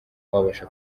wabasha